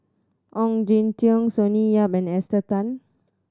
Ong Jin Teong Sonny Yap and Esther Tan